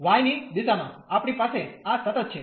y ની દિશામાં આપણી પાસે આ સતત છે